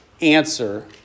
answer